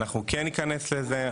אנחנו כן ניכנס לזה,